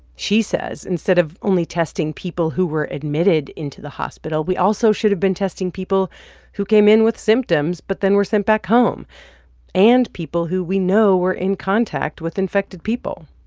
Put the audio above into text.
she says, instead of only testing people who were admitted into the hospital, we also should have been testing people who came in with symptoms but then were sent back home and people who we know were in contact with infected people